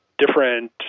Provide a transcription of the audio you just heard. different